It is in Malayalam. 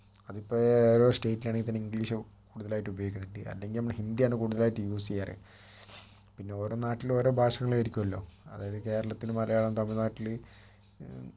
അത് ഇപ്പോ ഏതൊരു സ്റ്റേറ്റിലാണെങ്കിൽ തന്നെ ഇംഗ്ലീഷ് കൂടുതലായിട്ട് ഉപയോഗിക്കുന്നുണ്ട് അല്ലെങ്കിൽ നമ്മൾ ഹിന്ദിയാണ് കൂടുതലായിട്ട് യൂസ് ചെയ്യാറ് പിന്നെ ഓരോ നാട്ടിലും ഓരോ ഭാഷകളായിരിക്കുമല്ലോ അതായത് കേരളത്തില് മലയാളം തമിഴ് നാട്ടില്